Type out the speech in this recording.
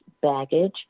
baggage